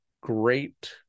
great